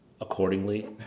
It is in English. accordingly